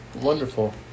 Wonderful